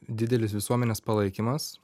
didelis visuomenės palaikymas